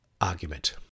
argument